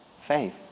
faith